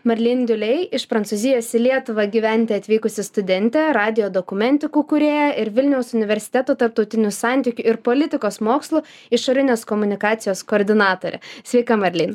marlin diulei iš prancūzijos į lietuvą gyventi atvykusi studentė radijo dokumentikų kūrėja ir vilniaus universiteto tarptautinių santykių ir politikos mokslų išorinės komunikacijos koordinatorė sveika marlin